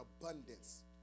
abundance